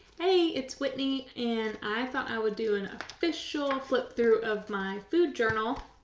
hey, it's whitney and i thought i would do an official flip through of my food journal.